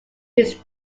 his